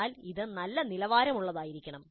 എന്നാൽ ഇത് നല്ല നിലവാരമുള്ളതായിരിക്കണം